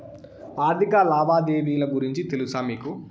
ఆర్థిక లావాదేవీల గురించి తెలుసా మీకు